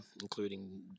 including